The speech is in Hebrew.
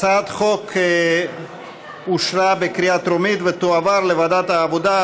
הצעת החוק אושרה בקריאה טרומית ותועבר לוועדת העבודה,